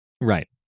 Right